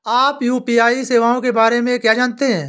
आप यू.पी.आई सेवाओं के बारे में क्या जानते हैं?